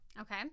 Okay